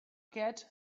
get